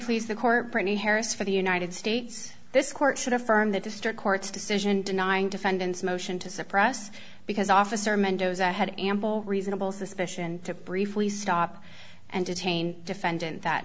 please the court britney harris for the united states this court should affirm the district court's decision denying defendant's motion to suppress because officer mendoza had ample reasonable suspicion to briefly stop and detain defendant that